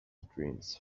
dreams